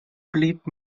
пліт